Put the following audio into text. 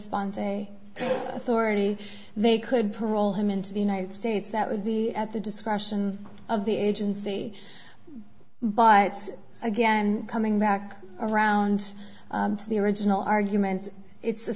authority they could parole him into the united states that would be at the discretion of the agency but again coming back around to the original argument it's a